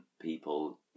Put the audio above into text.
people